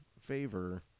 favor